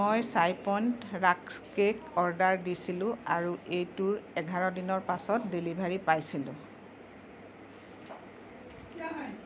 মই চাই পইণ্ট ৰাস্ক কেক অৰ্ডাৰ দিছিলোঁ আৰু এইটোৰ এঘাৰ দিনৰ পাছত ডেলিভাৰী পাইছিলোঁ